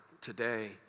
today